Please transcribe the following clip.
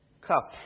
cup